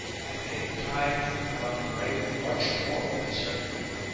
i may in time to come write much more concerning him.